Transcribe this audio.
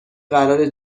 قرار